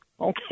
okay